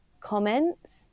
comments